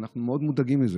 ואנחנו מאוד מודאגים מזה.